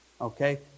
Okay